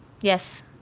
Yes